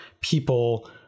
people